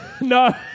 no